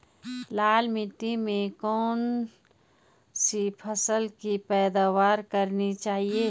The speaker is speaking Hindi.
लाल मिट्टी में कौन सी फसल की पैदावार करनी चाहिए?